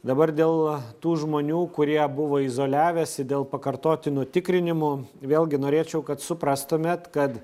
dabar dėl tų žmonių kurie buvo izoliavęsi dėl pakartotinių tikrinimų vėlgi norėčiau kad suprastumėt kad